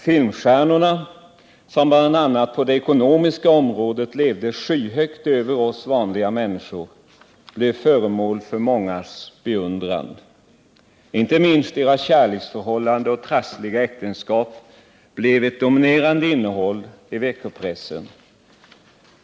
Filmstjärnorna, som bl.a. på det ekonomiska området levde skyhögt över oss vanliga människor, blev föremål för mångas beundran. Inte minst deras kärleksförhållanden och trassliga äktenskap blev ett dominerande innehåll i veckopressen.